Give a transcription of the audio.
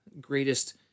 greatest